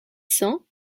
cents